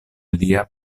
lia